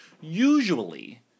Usually